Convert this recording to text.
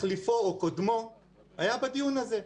מחליפו או קודמו היה בדיון הזה.